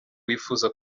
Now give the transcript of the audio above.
wifuza